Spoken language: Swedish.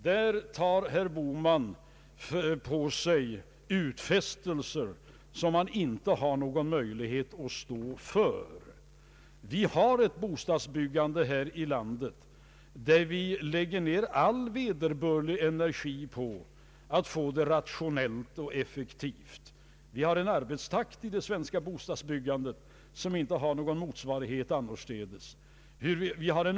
Där tar emellertid herr Bohman på sig utfästelser som han inte har någon möjlighet att stå för. Vi lägger ned all vederbörlig energi på att göra bostadsbyggandet rationellt och effektivt. Arbetstakten inom bostadsbyggandet har inte någon motsvarighet annorstädes.